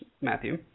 Matthew